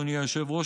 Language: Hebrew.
אדוני היושב-ראש,